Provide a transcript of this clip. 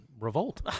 revolt